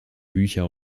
bücher